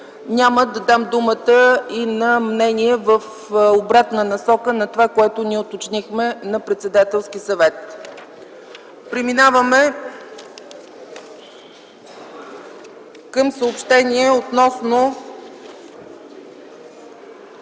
няма да дам думата и за мнение в обратна насока на това, което уточнихме на Председателския съвет. Преминаваме към съобщения относно